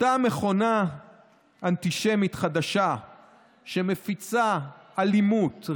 אותה מכונה אנטישמית חדשה שמפיצה אלימות,